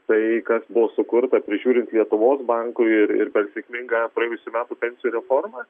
tai kas buvo sukurta prižiūrint lietuvos bankui ir ir per sėkmingą praėjusių metų pensijų reformą